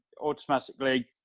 automatically